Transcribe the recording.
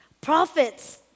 Prophets